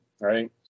right